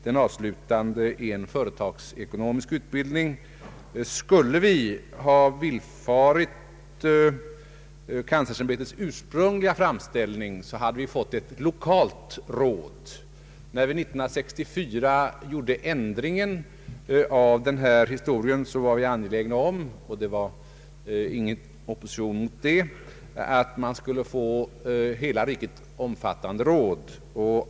Den avslutande delen är en företagsekonomisk utbildning. Om vi hade = villfarit kanslersämbetets ursprungliga framställning, så hade vi fått ett lokalt råd. När vi 1964 ändrade bestämmelserna, var vi angelägna om — och det fanns ingen opposition mot detta — att man skulle få ett hela riket omfattande råd.